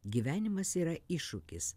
gyvenimas yra iššūkis